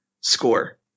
score